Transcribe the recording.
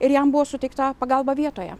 ir jam buvo suteikta pagalba vietoje